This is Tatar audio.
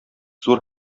зур